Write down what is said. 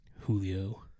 Julio